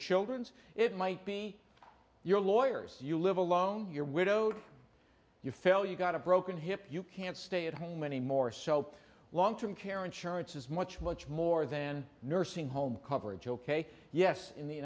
children's it might be your lawyers you live alone your widowed you fell you got a broken hip you can't stay at home anymore so long term care insurance is much much more than nursing home coverage ok yes in the